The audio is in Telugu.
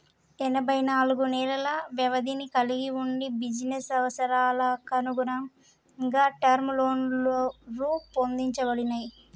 ఎనబై నాలుగు నెలల వ్యవధిని కలిగి వుండి బిజినెస్ అవసరాలకనుగుణంగా టర్మ్ లోన్లు రూపొందించబడినయ్